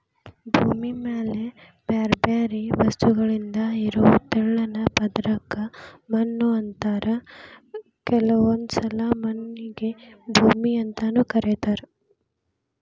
ಭೂಮಿ ಮ್ಯಾಲೆ ಬ್ಯಾರ್ಬ್ಯಾರೇ ವಸ್ತುಗಳಿಂದ ಇರೋ ತೆಳ್ಳನ ಪದರಕ್ಕ ಮಣ್ಣು ಅಂತಾರ ಕೆಲವೊಂದ್ಸಲ ಮಣ್ಣಿಗೆ ಭೂಮಿ ಅಂತಾನೂ ಕರೇತಾರ